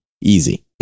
easy